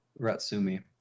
Ratsumi